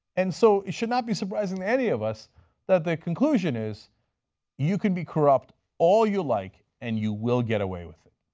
and so it should not be surprising to any of us that the conclusion is you can be corrupt all you like and you will get away with it.